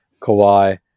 Kawhi